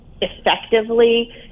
effectively